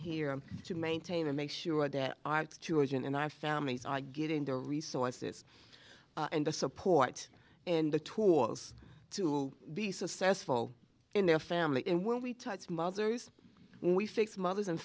here to maintain and make sure that our children and i families are getting the resources and the support and the tools to be successful in their family and when we touch mousers we fix mothers and